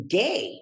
gay